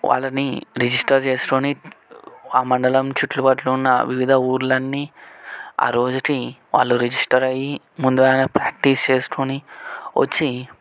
వాళ్ళని రిజిస్టర్ చేసుకొని ఆ మండలం చుట్టు ప్రక్కలున్న వివిధ ఊళ్ళన్నీ ఆ రోజుకి వాళ్ళు రిజిస్టర్ అయి ముందుగానే ప్రాక్టీస్ చేసుకొని వచ్చి